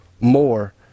more